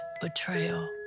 betrayal